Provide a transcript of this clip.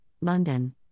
London